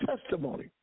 testimony